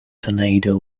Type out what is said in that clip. tornado